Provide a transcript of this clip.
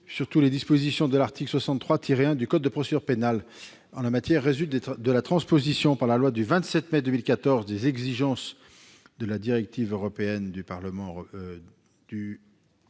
effet, les dispositions de l'article 63-1 du code de procédure pénale résultent de la transposition, par la loi du 27 mai 2014, des exigences de la directive 2012/13/UE du Parlement européen